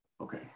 Okay